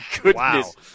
goodness